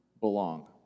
belong